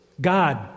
God